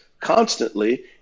constantly